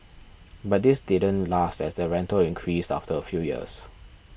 but this didn't last as the rental increased after a few years